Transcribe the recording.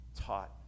taught